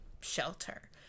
shelter